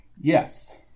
Yes